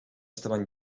estaban